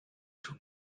too